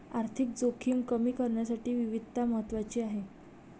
आर्थिक जोखीम कमी करण्यासाठी विविधता महत्वाची आहे